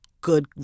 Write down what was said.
good